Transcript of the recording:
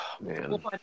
Man